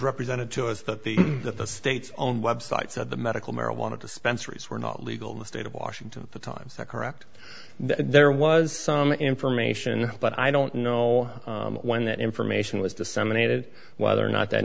represented to us that the that the state's own web site said the medical marijuana dispensaries were not legal in the state of washington the times are correct there was some information but i don't know when that information was disseminated whether or not that